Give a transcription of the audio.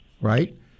right